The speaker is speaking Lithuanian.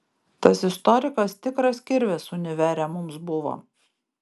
tas istorikas tikras kirvis univere mums buvo